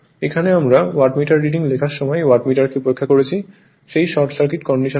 এখানে আমরা ওয়াটমিটারে রিডিং লেখার সময় ওয়াটমিটারকে উপেক্ষা করেছি সেই শর্ট সার্কিট কন্ডিশন এর জন্য